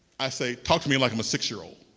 i say, talk to me like i'm a six-year-old.